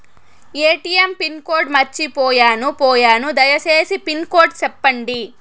ATM pin code మర్చిపోయాను పోయాను దయసేసి పిన్ కోడ్ సెప్పండి?